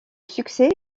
succès